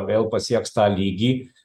vėl pasieks tą lygį